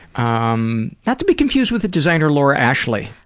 um not to be confused with the designer laura ashley.